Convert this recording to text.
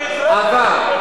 עבר.